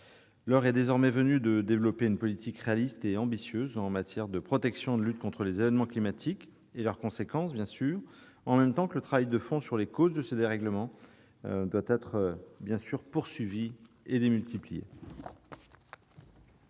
L'heure est désormais venue de développer une politique réaliste et ambitieuse en matière de protection et de lutte contre les événements climatiques et leurs conséquences. Parallèlement, le travail de fond sur les causes de ces dérèglements doit être poursuivi et amplifié.